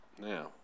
Now